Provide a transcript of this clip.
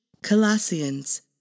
Colossians